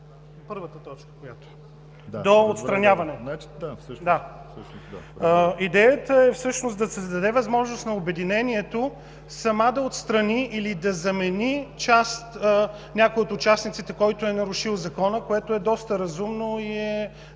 първата точка, която е – до „отстраняване”. Идеята е всъщност да се даде възможност на обединението само да отстрани или да замени някой от участниците, който е нарушил Закона, което е доста разумно и е